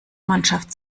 mannschaft